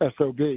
SOB